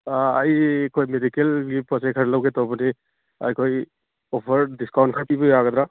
ꯑꯩ ꯑꯩꯈꯣꯏ ꯃꯦꯗꯤꯀꯦꯜꯒꯤ ꯄꯣꯠ ꯆꯩ ꯈꯔ ꯂꯧꯒꯦ ꯇꯧꯕꯅꯤ ꯑꯩꯈꯣꯏ ꯑꯣꯐꯔ ꯗꯤꯏꯀꯥꯎꯟ ꯈꯔ ꯄꯤꯕ ꯌꯥꯒꯗ꯭ꯔꯥ